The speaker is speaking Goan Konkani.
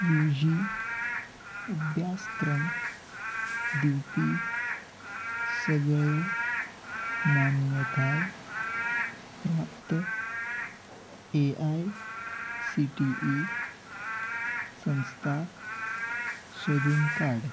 यू जी अभ्यासक्रम दिवपी सगळ्यो मान्यताय प्राप्त A I C T E संस्था सोदून काड